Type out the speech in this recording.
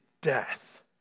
death